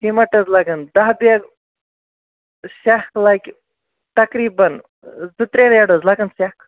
cement حظ لَگن دہ بِیَگ سٮ۪کھ لَگہِ تقریٖبن زٕ ترٛےٚ ریڑٕ حظ لَگن سٮ۪کھ